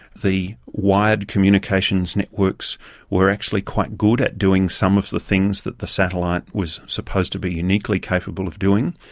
the wired communications networks were actually quite good at doing some of the things that the satellite was supposed to be uniquely capable of doing.